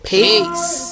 Peace